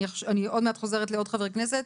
אני עוד מעט חוזרת לעוד חברי כנסת.